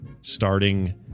starting